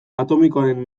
atomikoaren